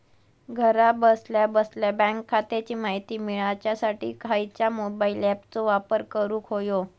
घरा बसल्या बसल्या बँक खात्याची माहिती मिळाच्यासाठी खायच्या मोबाईल ॲपाचो वापर करूक होयो?